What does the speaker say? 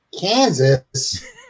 Kansas